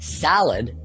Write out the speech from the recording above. salad